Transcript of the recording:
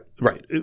right